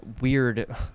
weird